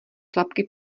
tlapky